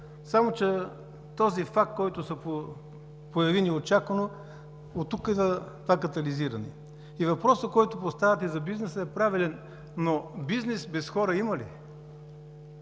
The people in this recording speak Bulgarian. само че този факт се появи неочаквано и оттук е това катализиране. Въпросът, който поставяте за бизнеса, е правилен, но бизнес без хора има ли?